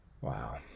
Wow